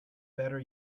better